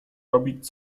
robić